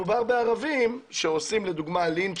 ארץ אנחנו הנחינו כבר מתחילת האירועים